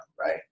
right